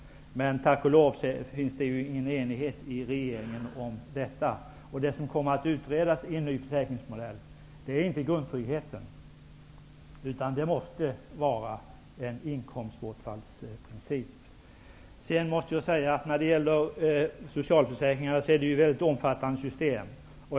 Det finns tack och lov inte någon enighet inom regeringen om detta. Det som kommer att utredas inför en ny försäkringsmodell är inte grundtryggheten, utan det måste vara en inkomstbortfallsprincip. Socialförsäkringarna utgör ett mycket omfattande system.